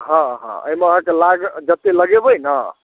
हँ हँ एहिमे अहाँके लागत जतेक लगेबै ने